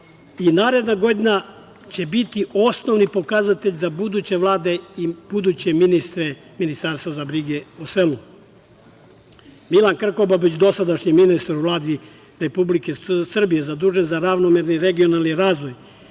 i naredna godina će biti osnovni pokazatelj za buduće vlade i buduće ministre Ministarstva za brige o selu. Milan Krkobabić, dosadašnji ministar u Vladi Republike Srbije zadužen za ravnomerni regionalni razvoj,